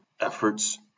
efforts